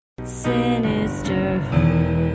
Sinisterhood